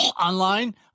online